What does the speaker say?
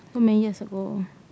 so many years ago